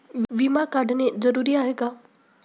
विमा काढणे का जरुरी आहे?